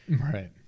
Right